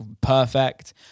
perfect